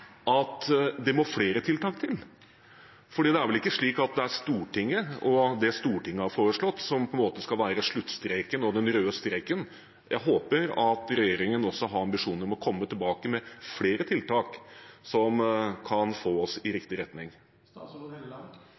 at det må flere tiltak til? For det er vel ikke slik at det er Stortinget og det Stortinget har foreslått, som skal være sluttstreken og den røde streken? Jeg håper at regjeringen også har ambisjoner om å komme tilbake med flere tiltak som kan få oss i riktig retning.